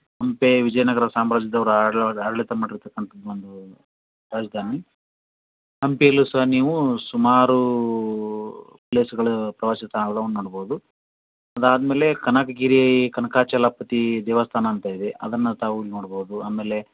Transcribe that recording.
ಹಂಪೆ ವಿಜಯನಗ್ರ ಸಾಮ್ರಾಜ್ಯದವ್ರು ಆಡಳಿತ ಮಾಡಿರ್ತಕ್ಕಂಥದ್ದು ಒಂದು ರಾಜಧಾನಿ ಹಂಪೀಲ್ಲು ಸಹ ನೀವು ಸುಮಾರು ಪ್ಲೇಸ್ಗಳ ಪ್ರವಾಸಿ ತಾಣಗಳನ್ನು ನೋಡ್ಬೌದು ಅದಾದ ಮೇಲೆ ಕನಕಗಿರಿ ಕನಕಾಚಲಪತಿ ದೇವಸ್ಥಾನ ಅಂತ ಇದೆ ಅದನ್ನು ತಾವು ನೋಡ್ಬೌದು ಆಮೇಲೆ